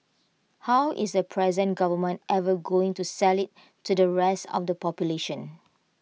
how is the present government ever going to sell IT to the rest of the population